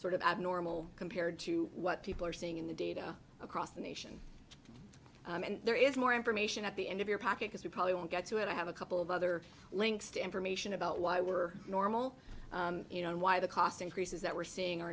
sort of abnormal compared to what people are seeing in the data across the nation and there is more information at the end of your pocket as we probably won't get to it i have a couple of other links to information about why we're normal and why the cost increases that we're seeing